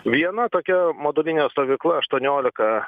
viena tokia modulinė stovykla aštuoniolika